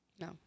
no